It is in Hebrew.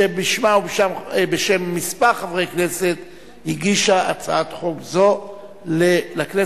שבשמה ובשם כמה חברי כנסת הגישה הצעת חוק זו לכנסת.